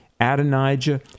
Adonijah